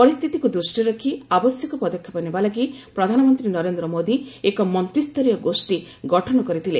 ପରିସ୍ଥିତିକୁ ଦୃଷ୍ଟିରେ ରଖି ଆବଶ୍ୟକ ପଦକ୍ଷେପ ନେବା ଲାଗି ପ୍ରଧାନମନ୍ତ୍ରୀ ନରେନ୍ଦ୍ର ମୋଦୀ ଏକ ମନ୍ତ୍ରୀ ସ୍ତରୀୟ ଗୋଷ୍ଠୀ ଗଠନ କରିଥିଲେ